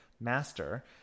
master